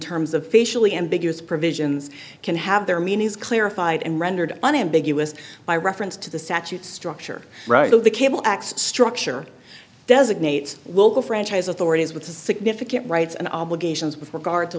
terms of facially ambiguous provisions can have their meanings clarified and rendered unambiguous by reference to the statute structure right of the cable act structure designates well the franchise authorities with significant rights and obligations with regard to